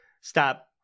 stop